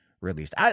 released